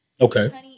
Okay